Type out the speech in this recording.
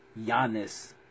Giannis